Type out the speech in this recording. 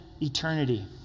eternity